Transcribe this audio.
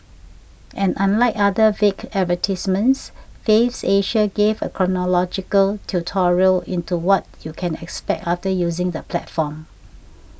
and unlike other vague advertisements Faves Asia gave a chronological tutorial into what you can expect after using the platform